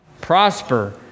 prosper